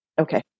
Okay